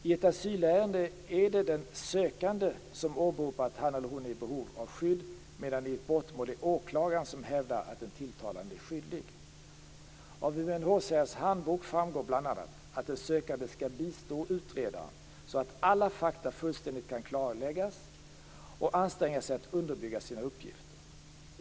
I ett asylärende är det den sökande som åberopar att han eller hon är i behov av skydd, medan det i ett brottmål är åklagaren som hävdar att den tilltalade är skyldig. Av UNHCR:s handbok framgår bl.a. att den sökande skall bistå utredaren så att alla fakta fullständigt kan klarläggas och anstränga sig att underbygga sina uppgifter.